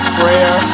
prayer